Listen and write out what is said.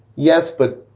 yes but